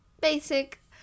basic